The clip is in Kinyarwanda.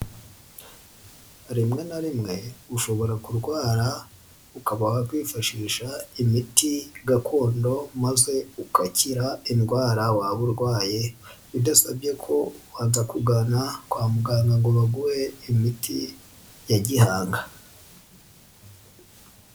Rimwe na rimwe ushobora kurwara ukaba kwifashisha imiti gakondo maze ugakira indwara waba urwaye, bidasabye ko ubanza kugana kwa muganga ngo baguhe imiti ya gihanga.